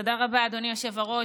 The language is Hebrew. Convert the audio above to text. אדוני היושב-ראש.